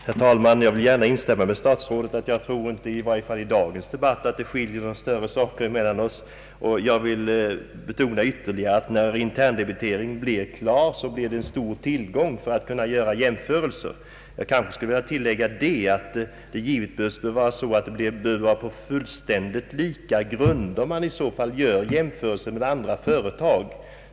Herr talman! Jag vill gärna instämma med statsrådet i att det — i varje fall i dagens debatt — inte är så stor skillnad mellan våra uppfattningar. Jag vill ytterligare betona att interndebiteringen, när den är klar, blir en stor tillgång när det gäller att göra jämförelser. Jag skulle vilja tillägga att det givetvis bör vara på fullständigt lika grunder som man i så fall gör jämförelser med andra företag.